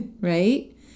right